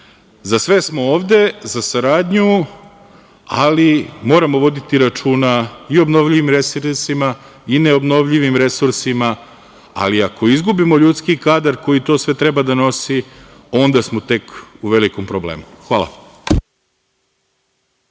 sve smo ovde, za saradnju, ali moramo voditi računa i o obnovljivim resursima i neobnovljivim resursima, ali ako izgubimo ljudski kadar koji sve to treba da nosi, onda smo tek u velikom problemu. Hvala.